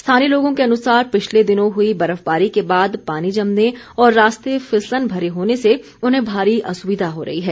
स्थानीय लोगों के अनुसार पिछले दिनों हुई बर्फबारी के बाद पानी जमने और रास्ते फिसलन भरे होने से उन्हें भारी असुविधा हो रही है